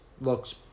looks